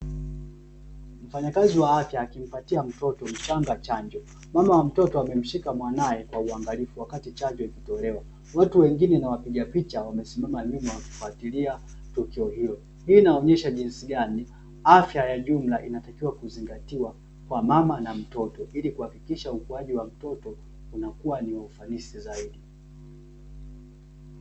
Mfanyakazi wa afya akimpatia mtoto mchanga chanjo. Mama wa mtoto amemshika mwanaye kwa uangalifu wakati chanjo ikitolewa. Watu wengine na wapiga picha wamesimama nyuma wakifuatilia tukio hilo. Hii inaonyesha jinsi gani afya ya jumla inatakiwa kuzingatiwa kwa mama na mtoto, ili kuhakikisha ukuaji wa mtoto unakuwa ni wa ufanisi zaidi.